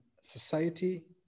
society